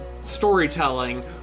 storytelling